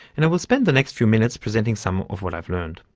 and i will spend the next few minutes presenting some of what i have learned.